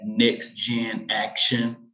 NextGenAction